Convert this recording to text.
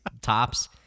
tops